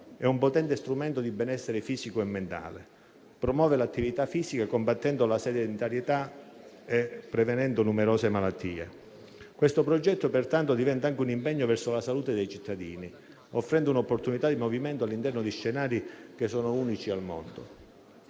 è un potente strumento di benessere fisico e mentale e promuove l'attività fisica, combattendo la sedentarietà e prevenendo numerose malattie. Questo progetto, pertanto, diventa anche un impegno verso la salute dei cittadini, offrendo un'opportunità di movimento all'interno di scenari unici al mondo.